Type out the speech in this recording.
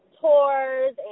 tours